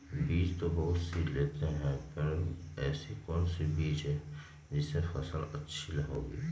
बीज तो बहुत सी लेते हैं पर ऐसी कौन सी बिज जिससे फसल अच्छी होगी?